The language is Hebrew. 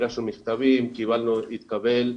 הגשנו מכתבים וקיבלנו "התקבל",